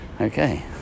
Okay